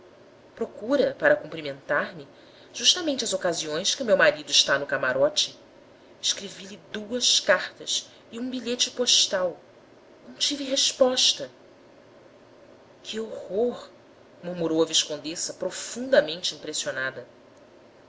procura para cumprimentar-me justamente as ocasiões que o meu marido está no camarote escrevi-lhe duas cartas e um bilhete postal não tive resposta que horror murmurou a viscondessa profundamente impressionada